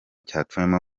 cyatumiwemo